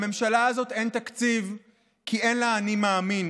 לממשלה הזאת אין תקציב כי אין לה אני מאמין.